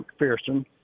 McPherson